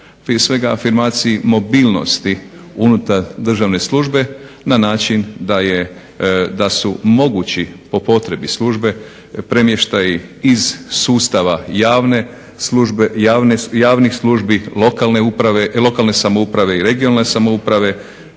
prije svega afirmaciji mobilnosti unutar državne službe na način da su mogući po potrebi službe premještaji iz sustava javne službe, javnih službi, lokalne uprave, lokalne samouprave